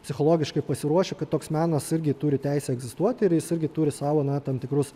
psichologiškai pasiruošę kad toks menas irgi turi teisę egzistuoti ir jis irgi turi savo na tam tikrus